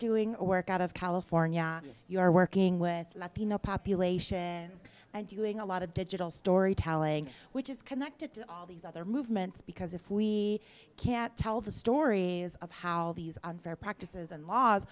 doing work out of california you are working with latino population and doing a lot of digital story tallying which is connected all these other movements because if we can't tell the story of how these unfair practices and laws